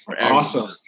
awesome